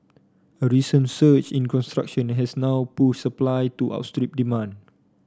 a recent surge in construction has now pushed supply to outstrip demand